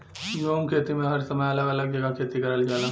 झूम खेती में हर समय अलग अलग जगह खेती करल जाला